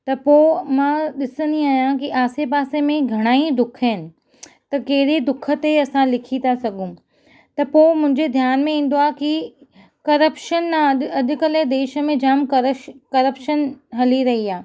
त पोइ मां ॾिसंदी आहियां की आसे पासे में घणा ई दुख आहिनि त कहिड़े दुख ते असां लिखी था सघूं त पोइ मुंहिंजे ध्यानु में ईंदो आहे की करप्शन आहे अॼुकल्ह जे देश में जामु करश करप्शन हली रही आहे